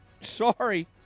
Sorry